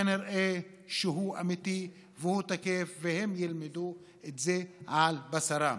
כנראה אמיתי והוא תקף, והם ילמדו את זה על בשרם,